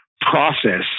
process